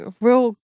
real